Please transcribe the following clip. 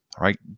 right